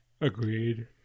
Agreed